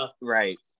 Right